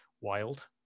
wild